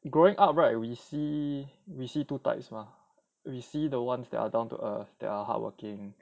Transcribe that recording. growing up right we see we see two types mah we see the ones that are down to earth that are hardworking